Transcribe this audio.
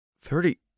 Thirty-